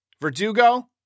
Verdugo